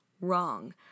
Wrong